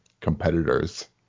competitors